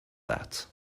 that